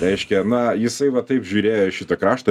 reiškia na jisai va taip žiūrėjo į šitą kraštą